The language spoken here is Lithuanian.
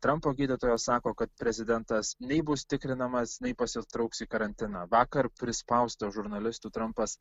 trampo gydytojas sako kad prezidentas nei bus tikrinamas nei pasitrauks į karantiną vakar prispaustas žurnalistų trampas